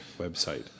website